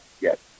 Yes